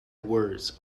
words